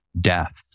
death